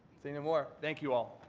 seeing no more, thank you all.